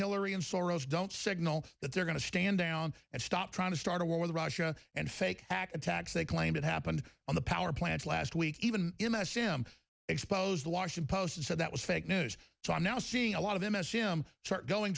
hillary and soros don't signal that they're going to stand down and stop trying to start a war with russia and fake hack attacks they claim it happened on the power plant last week even image him expose the washington post and said that was fake news so i'm now seeing a lot of him as him start going